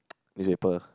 newspaper